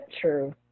True